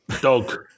dog